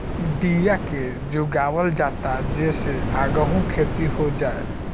बिया के जोगावल जाता जे से आगहु खेती हो जाए